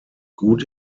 gut